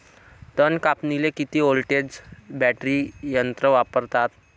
तन कापनीले किती व्होल्टचं बॅटरी यंत्र वापरतात?